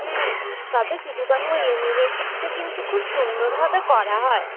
হুম তবে সিধু কানু ইউনিভার্সিটিতে কিন্তু খুব সুন্দরভাবে করা হয়